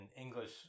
English